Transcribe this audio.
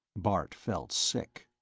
bart felt sick.